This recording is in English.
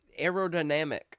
aerodynamic